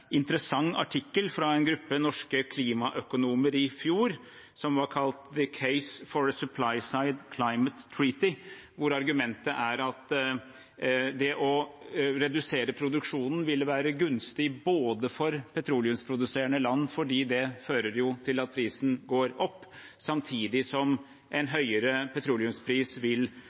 interessant artikkel fra en gruppe norske klimaøkonomer i fjor, som var kalt The case for a supply-side climate treaty, hvor argumentet er at det å redusere produksjonen ville være gunstig for petroleumsproduserende land fordi det fører til at prisen går opp, samtidig som en høyere petroleumspris vil